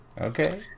Okay